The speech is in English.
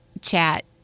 chat